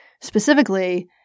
specifically